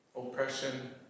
oppression